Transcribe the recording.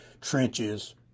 trenches